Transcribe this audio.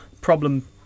Problem